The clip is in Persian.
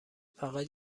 فقط